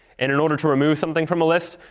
and in order to remove something from a list,